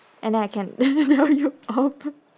and then I can tell you off